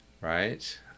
right